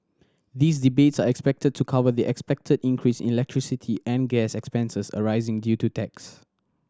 these rebates are expected to cover the expected increase in electricity and gas expenses arising due to tax